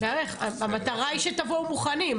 המטרה היא שתבואו מוכנים,